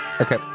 Okay